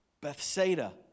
Bethsaida